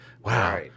wow